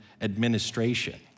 administration